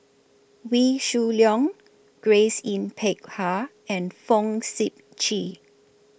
Wee Shoo Leong Grace Yin Peck Ha and Fong Sip Chee